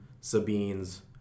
Sabine's